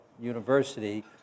University